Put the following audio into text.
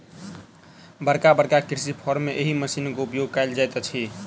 बड़का बड़का कृषि फार्म मे एहि मशीनक उपयोग कयल जाइत अछि